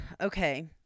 okay